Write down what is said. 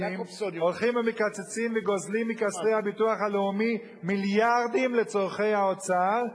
הולכים ומקצצים וגוזלים מכספי הביטוח הלאומי מיליארדים לצורכי האוצר,